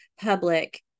public